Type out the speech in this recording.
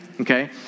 Okay